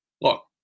Look